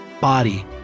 body